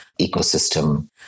ecosystem